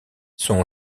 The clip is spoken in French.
son